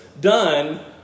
done